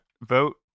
vote